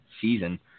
season